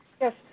Yes